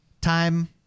time